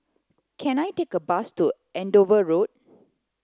can I take a bus to Andover Road